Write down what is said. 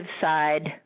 side